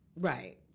Right